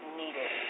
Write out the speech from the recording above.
needed